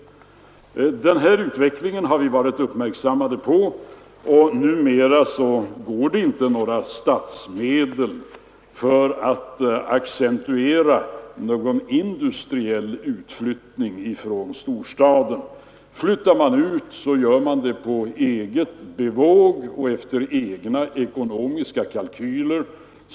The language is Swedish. Den här utveckligen har vi uppmärksammat, och numera går det inte några statsmedel till någon industriell utflyttning från storstaden. Flyttar man ut, gör man det på eget bevåg och efter egna ekonomiska kalkyler.